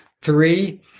Three